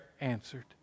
answered